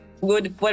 good